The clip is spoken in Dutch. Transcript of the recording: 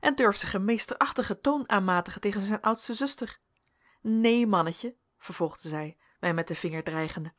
en durft zich een meesterachtigen toon aanmatigen tegen zijn oudste zuster neen mannetje vervolgde zij mij met den vinger dreigende